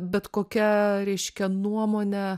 bet kokia reiškia nuomonė